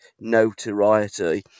notoriety